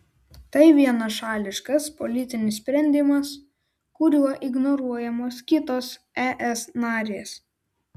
tai vienašališkas politinis sprendimas kuriuo ignoruojamos kitos es narės